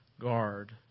Guard